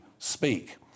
speak